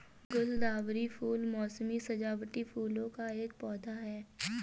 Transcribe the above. गुलदावरी फूल मोसमी सजावटी फूलों का एक पौधा है